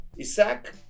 Isaac